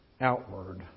outward